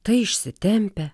tai išsitempia